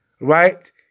right